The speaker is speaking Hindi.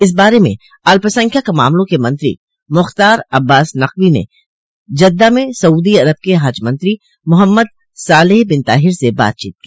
इस बारे में अल्पसंख्यक मामलों के मंत्री मुख्तार अब्बास नकवी ने जद्दा में सऊदी अरब के हज मंत्री मुहम्मद सालेह बिन ताहिर से बातचीत की